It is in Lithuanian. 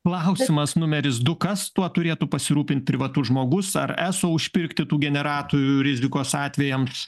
klausimas numeris du kas tuo turėtų pasirūpint privatus žmogus ar eso užpirkti tų generatorių rizikos atvejam